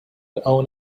own